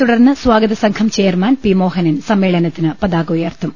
തുടർന്ന് സ്വാഗതസംഘം chairman P Mohanan സമ്മേളനത്തിന് പതാക ഉയർത്തും